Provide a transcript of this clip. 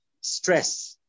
stress